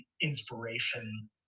inspiration